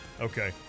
Okay